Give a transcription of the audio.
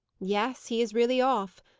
yes, he is really off,